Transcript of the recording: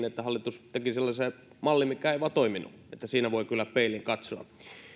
että hallitus teki sellaisen mallin mikä ei vain toiminut että siinä voi kyllä peiliin katsoa